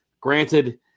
Granted